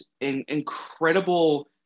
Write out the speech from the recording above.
incredible